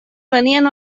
venien